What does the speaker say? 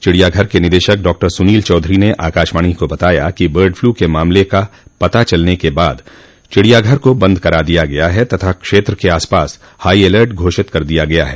चिड़ियाघर के निदेशक डॉ सुनील चौधरी ने आकाशवाणी को बताया कि बर्डफ्लू के मामले का पता चलने के बाद चिड़ियाघर को बंद करा दिया गया है तथा क्षेत्र के आसपास हाई अलर्ट घोषित किया गया है